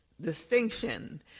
distinction